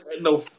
no